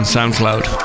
SoundCloud